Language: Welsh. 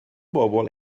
bobol